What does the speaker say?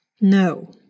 No